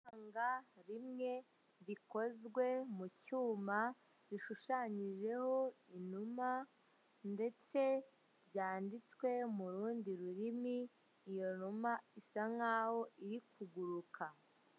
Ifaranga rimwe rikozwe mu cyuma gishushanyijeho inuma ndetse ryanditswe mu rundi rurimi iyo numa isa nkaho iri kuguruka.